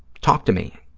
talk to me,